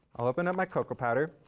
i'll open up my cocoa powder.